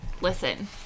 listen